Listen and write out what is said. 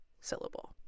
syllable